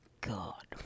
God